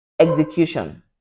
Execution